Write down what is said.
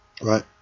Right